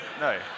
no